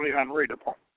unreadable